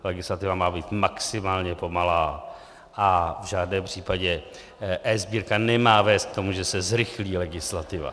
Legislativa má být maximálně pomalá a v žádném případě eSbírka nemá vést k tomu, že se zrychlí legislativa.